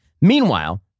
Meanwhile